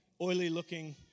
oily-looking